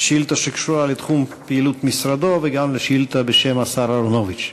שאילתה שקשורה לתחום פעילות משרדו וגם על שאילתה לשר אהרונוביץ.